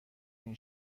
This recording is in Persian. این